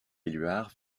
éluard